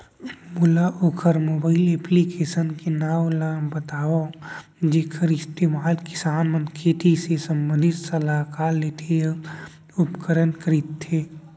मोला वोकर mobile application के नाम ल बतावव जेखर इस्तेमाल किसान मन खेती ले संबंधित सलाह लेथे अऊ उपकरण खरीदथे?